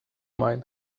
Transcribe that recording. mine